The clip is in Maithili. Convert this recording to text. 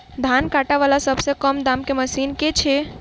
धान काटा वला सबसँ कम दाम केँ मशीन केँ छैय?